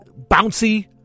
bouncy